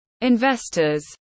Investors